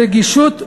ברגישות ובאנושיות.